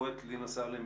עורכת דין לינא סאלם,